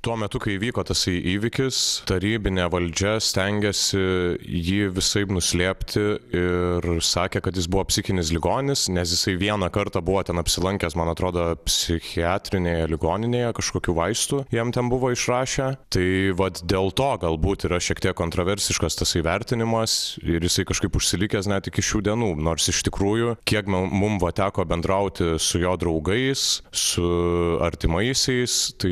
tuo metu kai įvyko tasai įvykis tarybinė valdžia stengėsi jį visaip nuslėpti ir sakė kad jis buvo psichinis ligonis nes jisai vieną kartą buvo ten apsilankęs man atrodo psichiatrinėje ligoninėje kažkokių vaistų jam ten buvo išrašę tai vat dėl to galbūt yra šiek tiek kontroversiškas tasai vertinimas ir jisai kažkaip užsilikęs net iki šių dienų nors iš tikrųjų kiek mums buvo teko bendrauti su jo draugais su artimaisiais tai